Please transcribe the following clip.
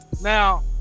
now